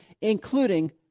including